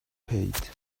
paid